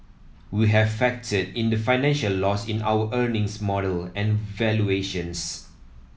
we have factored in the financial loss in our earnings model and valuations